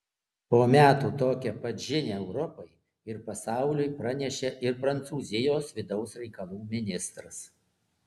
po metų tokią pat žinią europai ir pasauliui pranešė ir prancūzijos vidaus reikalų ministras